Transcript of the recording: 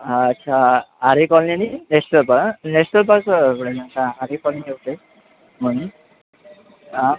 अच्छा आरे कॉलनी आणि नॅशन पा नॅशनल पार्क आरे कॉलनी ओके हां